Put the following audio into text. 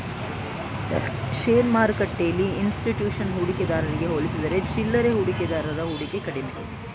share ಮಾರ್ಕೆಟ್ಟೆಲ್ಲಿ institution ಹೂಡಿಕೆದಾರಗೆ ಹೋಲಿಸಿದರೆ ಚಿಲ್ಲರೆ ಹೂಡಿಕೆದಾರರ ಹೂಡಿಕೆ ಕಡಿಮೆ